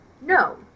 no